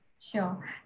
Sure